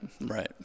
Right